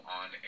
on